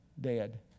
dead